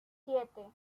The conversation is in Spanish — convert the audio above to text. siete